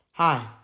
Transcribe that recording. Hi